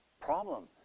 problem